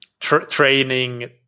training